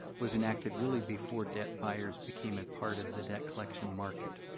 was enacted, really, before debt buyers became a part of the debt collection market.